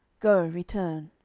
go, return.